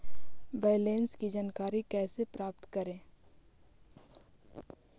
Balance की जानकारी कैसे प्राप्त करे?